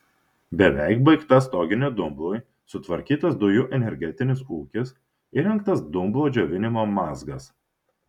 beveik baigta stoginė dumblui sutvarkytas dujų energetinis ūkis įrengtas dumblo džiovinimo mazgas